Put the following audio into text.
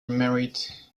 married